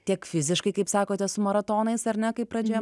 tiek fiziškai kaip sakote su maratonais ar ne kaip pradžioje